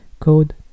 code